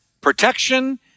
protection